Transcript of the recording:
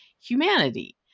humanity